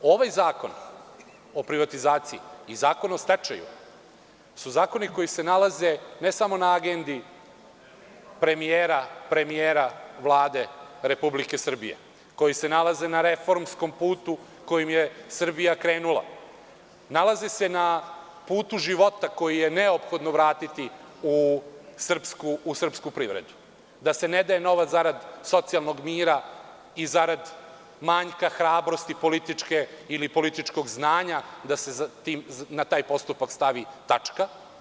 Ovajzakon o privatizaciji, i Zakon o stečaju su zakoni koji se nalaze ne samo na agendi premijera Vlade Republike Srbije, koji se nalaze na reformskom putu kojim je Srbija krenula, nalaze se na putu života koji je neophodno vratiti u srpsku privredu, da se ne daje novac zarad socijalnog mira i zarad manjka hrabrosti političkog znanja da se na taj postupak stavi tačka.